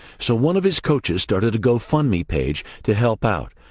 so one of his coaches started a gofundme page to help out.